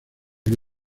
que